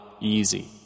easy